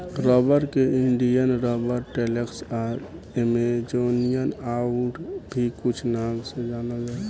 rubber के Indian rubber, latex आ Amazonian आउर भी कुछ नाम से जानल जाला